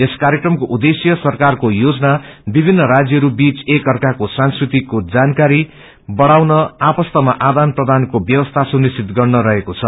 यस कार्यक्रमको उद्देश्य सरकारको योजना विभिन्न राज्यहरू बीच एक अर्काको संस्कृतिको जानकारी बढ़ाउन आपस्तमा आदान प्रदानको व्यवस्था सुनिश्वित गर्नुरहेको छ